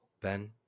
Ben